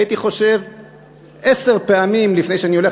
הייתי חושב עשר פעמים לפני שהייתי הולך